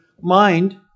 mind